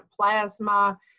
plasma